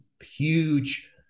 huge